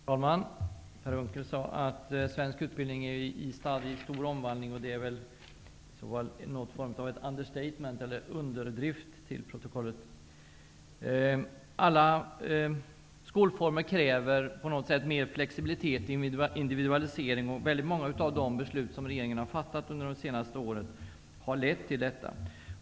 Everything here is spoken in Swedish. Herr talman! Per Unckel sade att svensk utbildning är i stor omvandling. Det är väl någon form av understatement eller -- för protokollet -- underdrift. Alla skolformer kräver på något sätt mer flexibilitet och individualisering. Många av de beslut som regeringen har fattat under det senaste året har lett till detta.